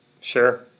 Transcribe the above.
sure